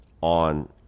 on